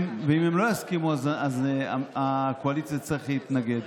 אם הם לא יסכימו, אז הקואליציה תצטרך להתנגד.